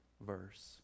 verse